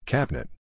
Cabinet